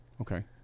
Okay